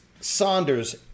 Saunders